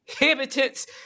inhabitants